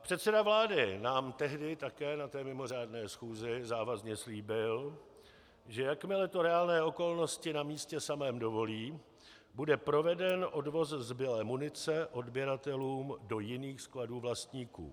Předseda vlády nám tehdy také na té mimořádné schůzi závazně slíbil, že jakmile to reálné okolnosti na místě samém dovolí, bude proveden odvoz zbylé munice odběratelům do jiných skladů vlastníků.